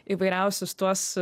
įvairiausius tuos